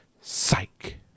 Psych